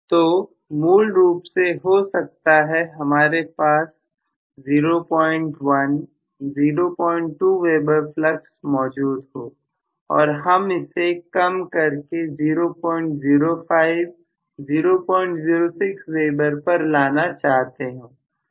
तो मूल रूप से हो सकता है हमारे पास 0102Wb फ्लक्स मौजूद हो और हम इसे कम करके 005006Wb पर लाना चाहते हो